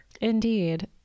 Indeed